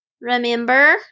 remember